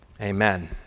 Amen